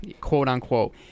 quote-unquote